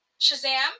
Shazam